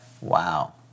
Wow